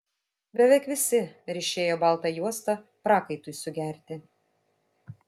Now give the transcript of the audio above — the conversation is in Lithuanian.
beveik visi ryšėjo baltą juostą prakaitui sugerti